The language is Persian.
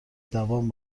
دوام